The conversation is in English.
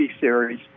series